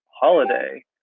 holiday